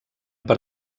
per